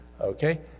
okay